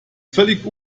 völlig